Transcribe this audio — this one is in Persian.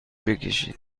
بکشید